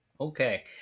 Okay